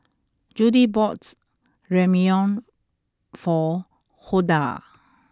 Jody bought Ramyeon for Huldah